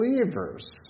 believers